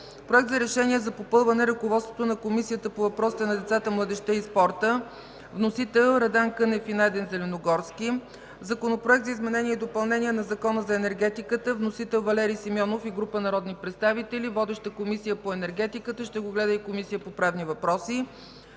Проект за решение за попълване ръководството на Комисията по въпросите на децата, младежта и спорта. Вносител – народните представители Радан Кънев и Найден Зеленогорски. Законопроект за изменение и допълнение на Закона за енергетиката. Вносител – Валери Симеонов и група народни представители. Водеща е Комисията по енергетиката, ще го гледа и Комисията по правни въпроси.